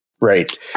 Right